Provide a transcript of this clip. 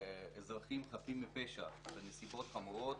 אזרחים חפים מפשע בנסיבות חמורות,